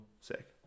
Sick